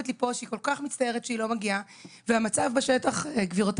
לי בהודעה שהיא כל כך מצטערת שהיא לא מגיעה והמצב בשטח גבירותיי